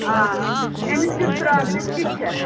آ أمس کِس پروگریٚس کِس چھَس